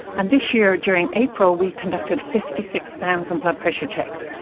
and this year during april we conducted fifty six thousand blood pressure checks,